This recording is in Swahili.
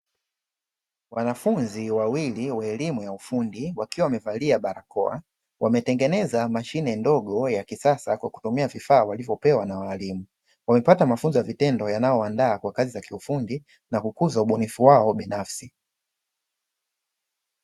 Wanafunzi wawili wa elimu ya ufundi, wakiwa wamevalia barakoa, wametengeneza mashine ndogo ya kisasa kwa kutumia vifaa walivyopewa na walimu, wamepata mafunzo ya vitendo yanayo waandaa kwa kazi za ufundi na kukuza ubunifu wao binafsi.